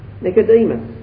Nicodemus